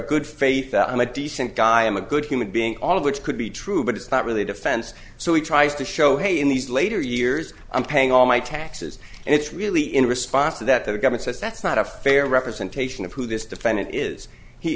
good faith that i'm a decent guy i'm a good human being all of which could be true but it's not really defense so he tries to show hey in these later years i'm paying all my taxes and it's really in response to that the governor says that's not a fair representation of who this defendant is he